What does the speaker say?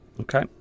Okay